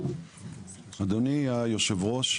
אדוני יושב הראש,